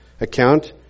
account